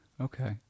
Okay